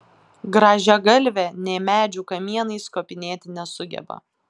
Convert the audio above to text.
grąžiagalvė nė medžių kamienais kopinėti nesugeba